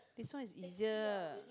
this one is easier